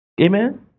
Amen